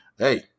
Hey